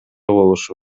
болушу